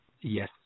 Yes